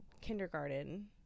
kindergarten